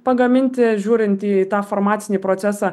pagaminti žiūrint į tą farmacinį procesą